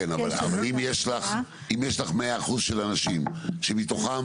כן אבל אם יש לך 100% של אנשים שמתוכם